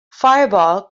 fireball